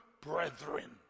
brethren